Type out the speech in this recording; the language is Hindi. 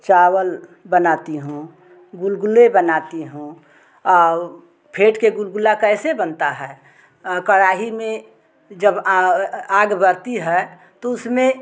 चावल बनाती हूँ गुलगुले बनाती हूँ और फेटकर गुलगुला कैसे बनता है कड़ाई में जब आग बरती है तो उसमें